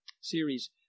series